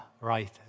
right